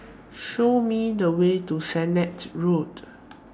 Show Me The Way to Sennett Road